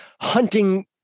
hunting